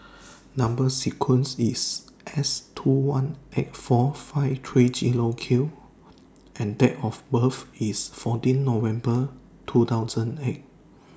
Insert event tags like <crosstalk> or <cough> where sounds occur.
<noise> Number sequence IS S two one eight four five three Zero Q and Date of birth IS fourteen November two thousand eight